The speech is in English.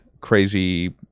crazy